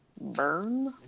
burn